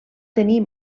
tenir